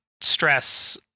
stress